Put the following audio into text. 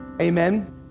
Amen